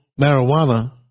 marijuana